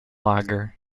lager